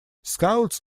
scouts